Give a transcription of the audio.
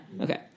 Okay